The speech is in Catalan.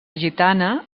gitana